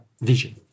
vision